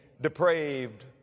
depraved